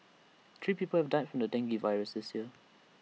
three people have died from the dengue virus this year